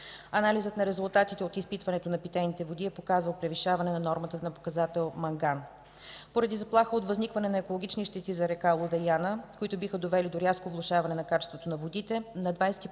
Анализът на резултатите от изпитването на питейните води е показал превишаване на нормата за показател „манган”. Поради заплаха от възникване на екологични щети за река Луда Яна, които биха довели до рязко влошаване на качеството на водите,